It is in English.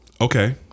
Okay